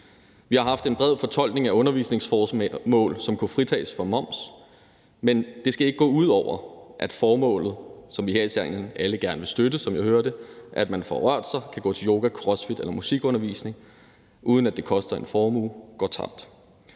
Vi har haft en bred fortolkning af undervisningsformål, som kunne fritages for moms. Men det skal heller ikke gøre, at formålet, som vi her i salen alle gerne vil støtte, som jeg hører det, nemlig at man får rørt sig, kan gå til yoga, crossfit eller musikundervisning, uden at det koster en formue, går tabt.